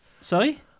Sorry